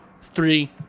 three